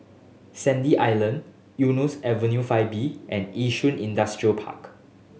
Sandy Island Eunos Avenue Five B and Yishun Industrial Park